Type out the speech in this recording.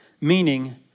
Meaning